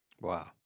Wow